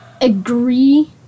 agree